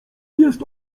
jest